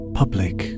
public